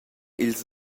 ils